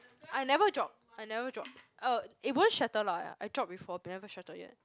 I never drop I never drop oh it won't shatter lah I drop before it never shatter yet